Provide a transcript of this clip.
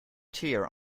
tear